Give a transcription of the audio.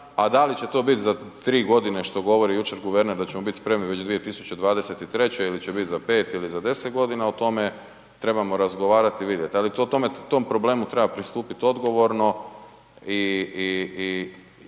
a da li će to biti za 3 godine što govori jučer guverner da ćemo već biti spremni već 2023. ili će biti za 5 ili 10 godina o tome trebamo razgovarati i vidjet. Ali tom problemu treba pristupit odgovorno i